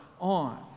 on